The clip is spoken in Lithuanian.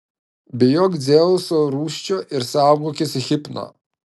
bijok dzeuso rūsčio ir saugokis hipno